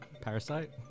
Parasite